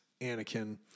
Anakin